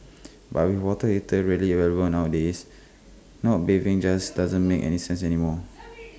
but with water heater readily available nowadays not bathing just doesn't make any sense anymore